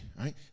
right